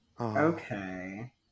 Okay